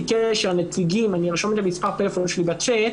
קשר - אני ארשום את מספר הטלפון שלי בצ'ט